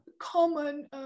common